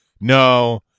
no